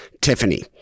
Tiffany